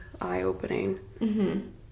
eye-opening